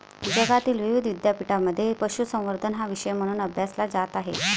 जगातील विविध विद्यापीठांमध्ये पशुसंवर्धन हा विषय म्हणून अभ्यासला जात आहे